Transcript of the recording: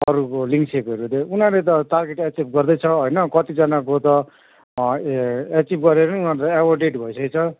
अरूको लिङ्सेकहरूको थियो उनीहरूले त टारगेट एचिभ गर्दैछ होइन कतिजनाको त ए एचिभ गरेर नि अब अपडेट भइसकेछ